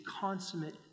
consummate